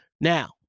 Now